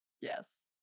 Yes